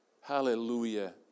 Hallelujah